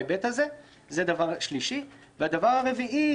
הדבר הרביעי,